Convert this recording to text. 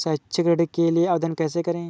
शैक्षिक ऋण के लिए आवेदन कैसे करें?